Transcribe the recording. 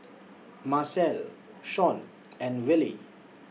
Marcelle Shon and Rillie